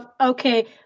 okay